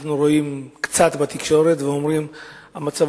אנחנו רואים קצת בתקשורת ואומרים שהמצב